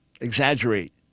exaggerate